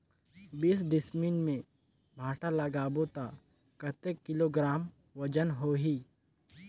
बीस डिसमिल मे भांटा लगाबो ता कतेक किलोग्राम वजन होही?